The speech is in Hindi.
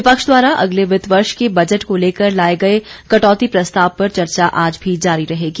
विपक्ष द्वारा अगले वित्त वर्ष के बजट को लेकर लाए गए कटौती प्रस्ताव पर चर्चा आज भी जारी रहेगी